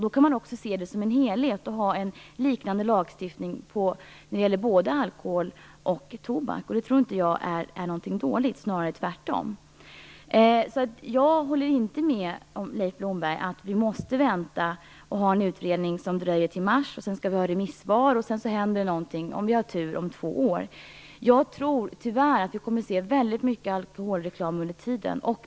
Det går att se det som en helhet och ha en liknande lagstiftning för alkohol och tobak. Det tror jag inte är dåligt, snarare tvärtom. Jag håller inte med Leif Blomberg om att vi måste vänta på en utredning som dröjer till mars. Sedan skall den ut på remiss, och om vi har tur händer det någonting om två år. Jag tror tyvärr att vi kommer att få se mycket alkoholreklam under tiden.